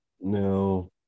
No